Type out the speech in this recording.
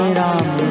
ram